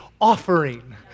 offering